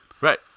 Right